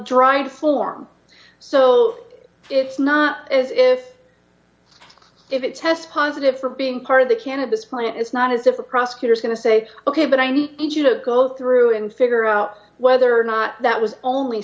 floor so it's not as if if it tests positive for being part of the cannabis plant it's not as if the prosecutor is going to say ok but i need you to go through and figure out whether or not that was only